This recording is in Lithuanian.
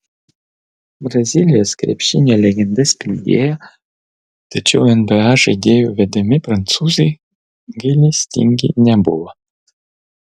brazilijos krepšinio legenda spindėjo tačiau nba žaidėjų vedami prancūzai gailestingi nebuvo